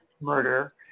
murder